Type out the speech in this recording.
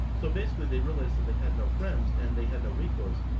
so basically they realised that they had no friends, and they had no recourse.